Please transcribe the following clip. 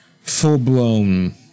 full-blown